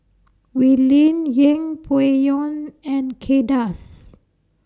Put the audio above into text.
Wee Lin Yeng Pway Ngon and Kay Das